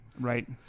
right